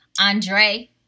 andre